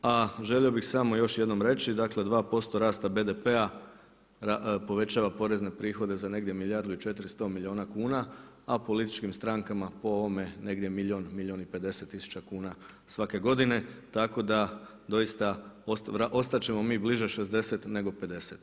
A želio bih još samo jednom reći dakle 2% rasta BDP-a povećava porezne prihode za negdje milijardu i 400 milijuna kuna, a političkim strankama po ovome negdje milijun, milijun i 50 tisuća kuna svake godine, tako da doista ostat ćemo mi bliže 60 nego 50.